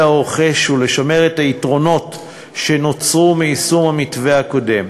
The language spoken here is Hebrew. הרוכש ולשמר את היתרונות שנוצרו מיישום המתווה הקודם,